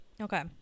Okay